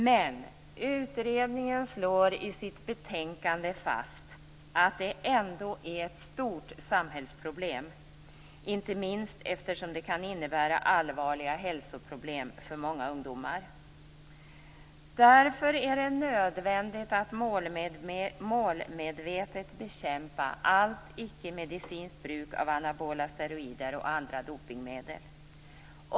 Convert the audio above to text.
Men utredningen slår i sitt betänkande fast att det ändå är ett stort samhällsproblem, inte minst eftersom det kan innebära allvarliga hälsoproblem för många ungdomar. Därför är det nödvändigt att målmedvetet bekämpa allt icke-medicinskt bruk av anabola steroider och andra dopningsmedel.